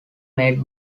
made